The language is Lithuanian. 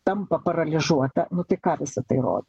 tampa paralyžuota nu tai ką visa tai rodo